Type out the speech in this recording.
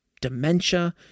dementia